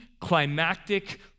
climactic